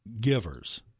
givers